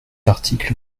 article